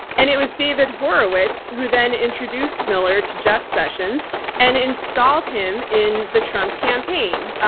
and it was david horowitz who then introduced miller to jeff sessions and installed him in the trump campaign.